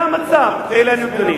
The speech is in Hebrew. זה המצב, אלה הנתונים.